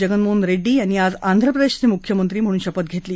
जगनमोहन रेड्डी यांनी आज आंध्रप्रदेशचे मुख्यमंत्री म्हणून शपथ घेतली